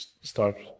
start